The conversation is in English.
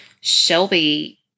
Shelby